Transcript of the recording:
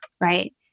Right